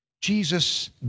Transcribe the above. Jesus